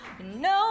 No